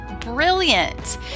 Brilliant